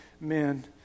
men